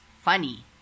funny